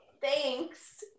Thanks